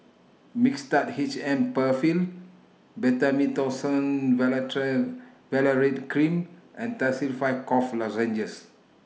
Mixtard H M PenFill Betamethasone Valerate Cream and Tussils five Cough Lozenges